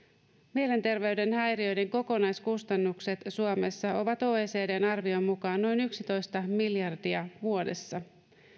mielenterveyden häiriöiden kokonaiskustannukset suomessa ovat oecdn arvion mukaan noin yksitoista miljardia vuodessa